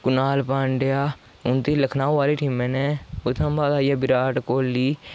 कृनाल पान्ड्या उं'दी लखनऊ आह्ली टीमैं कन्नै उत्थुआं बाद आई गेआ विराट कोहली